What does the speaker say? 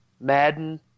Madden